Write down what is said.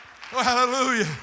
Hallelujah